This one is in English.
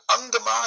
undermine